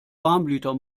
warmblüter